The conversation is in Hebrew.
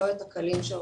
לא את הקלים שאנחנו